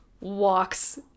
walks